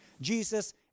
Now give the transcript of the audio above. Jesus